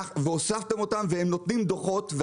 והן נותנות דוחות.